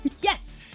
Yes